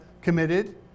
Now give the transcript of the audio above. committed